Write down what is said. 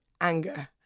anger